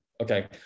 Okay